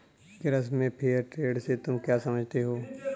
कृषि में fair trade से तुम क्या समझते हो?